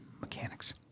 Mechanics